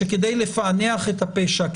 שכדי לפענח את הפשע,